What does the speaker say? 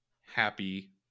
happy